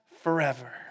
forever